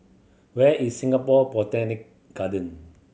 where is Singapore Botanic Garden